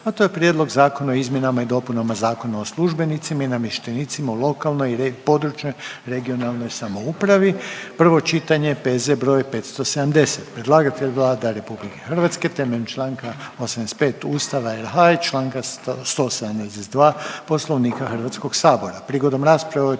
a to je: - Prijedlog Zakona o izmjenama i dopunama Zakona o službenicima i namještenicima u lokalnoj i područnoj (regionalnoj) samoupravi, prvo čitanje, P.Z. broj 570 Predlagatelj je Vlada RH temeljem Članka 85. Ustava RH i Članka 172. Poslovnika Hrvatskog sabora. Prigodom rasprave